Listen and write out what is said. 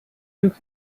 took